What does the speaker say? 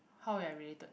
how we're related